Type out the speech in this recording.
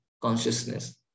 consciousness